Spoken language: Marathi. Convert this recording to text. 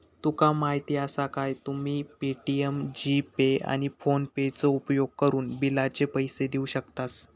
तुका माहीती आसा काय, तुम्ही पे.टी.एम, जी.पे, आणि फोनेपेचो उपयोगकरून बिलाचे पैसे देऊ शकतास